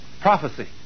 Prophecy